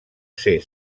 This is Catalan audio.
ser